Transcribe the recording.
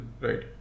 right